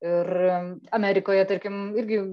ir amerikoje tarkim irgi